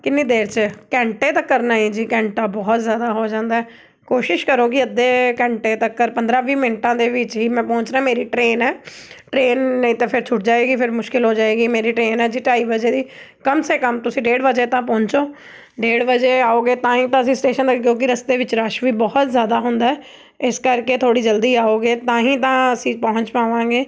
ਕਿੰਨੀ ਦੇਰ 'ਚ ਘੰਟੇ ਤੱਕ ਨਹੀਂ ਜੀ ਘੰਟਾ ਬਹੁਤ ਜ਼ਿਆਦਾ ਹੋ ਜਾਂਦਾ ਕੋਸ਼ਿਸ਼ ਕਰੋ ਕਿ ਅੱਧੇ ਘੰਟੇ ਤੱਕ ਪੰਦਰਾਂ ਵੀਹ ਮਿੰਟਾਂ ਦੇ ਵਿੱਚ ਹੀ ਮੈਂ ਪਹੁੰਚਣਾ ਮੇਰੀ ਟ੍ਰੇਨ ਹੈ ਟ੍ਰੇਨ ਨਹੀਂ ਤਾਂ ਫਿਰ ਛੁੱਟ ਜਾਵੇਗੀ ਫਿਰ ਮੁਸ਼ਕਿਲ ਹੋ ਜਾਵੇਗੀ ਮੇਰੀ ਟ੍ਰੇਨ ਹੈ ਜੀ ਢਾਈ ਵਜੇ ਦੀ ਕਮ ਸੇ ਕਮ ਤੁਸੀਂ ਡੇਢ ਵਜੇ ਤਾਂ ਪਹੁੰਚੋ ਡੇਢ ਵਜੇ ਆਓਗੇ ਤਾਂ ਹੀ ਤਾਂ ਅਸੀਂ ਸਟੇਸ਼ਨ ਤੱਕ ਕਿਉਂਕਿ ਰਸਤੇ ਵਿੱਚ ਰਸ਼ ਵੀ ਬਹੁਤ ਜ਼ਿਆਦਾ ਹੁੰਦਾ ਇਸ ਕਰਕੇ ਥੋੜ੍ਹੀ ਜਲਦੀ ਆਓਗੇ ਤਾਂ ਹੀ ਤਾਂ ਅਸੀਂ ਪਹੁੰਚ ਪਾਵਾਂਗੇ